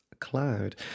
Cloud